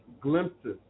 glimpses